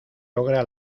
logra